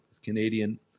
Canadian